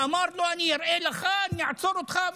אמר לו: אני אראה לך, אני אעצור אותך.